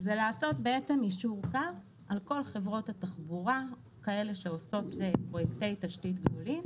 זה לעשות יישור קו על כל חברות התחבורה שעושות פרוייקטי תשתית גדולים.